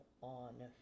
on